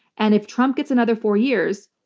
and if trump gets another four years,